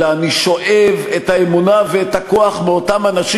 אלא אני שואב את האמונה ואת הכוח מאותם אנשים